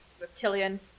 reptilian